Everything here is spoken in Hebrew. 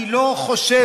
אני לא חושב,